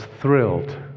thrilled